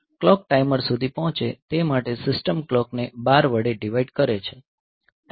clock timer સુધી પહોંચે તે માટે સિસ્ટમ કલોકને 12 વડે ડીવાઈડ કરે છે